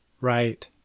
Right